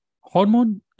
hormone